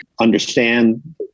understand